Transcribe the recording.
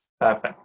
perfect